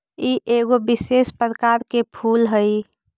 ई एगो विशेष प्रकार के फूल हई